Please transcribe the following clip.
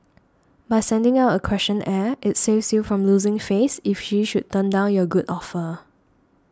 by sending out a questionnaire it saves you from losing face if she should turn down your good offer